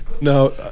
No